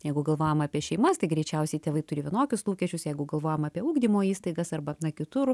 jeigu galvojam apie šeimas tai greičiausiai tėvai turi vienokius lūkesčius jeigu galvojam apie ugdymo įstaigas arba na kitur